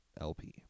LP